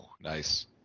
Nice